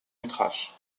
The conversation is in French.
métrage